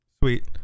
Sweet